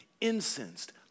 incensed